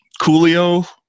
Coolio